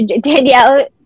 Danielle